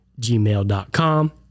gmail.com